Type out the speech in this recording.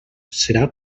serà